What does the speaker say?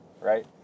right